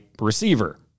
receiver